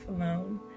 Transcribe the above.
alone